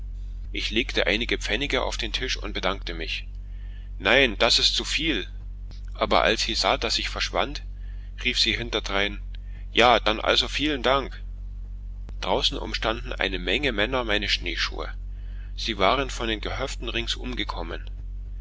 ich legte einige pfennige auf den tisch und bedankte mich nein das ist zuviel als sie aber sah daß ich verschwand rief sie hinterdrein ja dann also vielen dank draußen umstanden eine menge männer meine schneeschuhe sie waren von den gehöften ringsum gekommen